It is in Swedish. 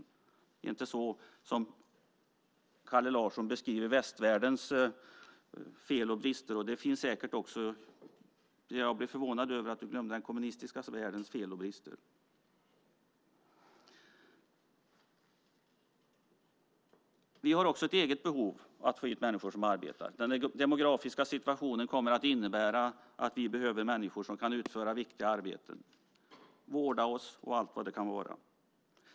Det ska inte bli som Kalle Larsson beskriver det hela - med västvärldens fel och brister. Det finns säkert annat också. Jag blev förvånad över att du glömde den kommunistiska världens fel och brister. Vi har ett eget behov av att få hit människor som arbetar. Den demografiska situationen kommer att innebära att vi behöver människor som kan utföra viktiga arbeten, vårda oss och allt vad det kan vara.